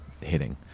hitting